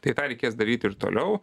tai tą reikės daryti ir toliau